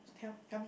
tell tell me